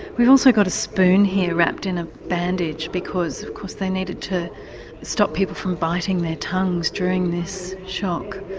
we've also got a spoon here wrapped in a bandage because of course they needed to stop people from biting their tongues during this shock.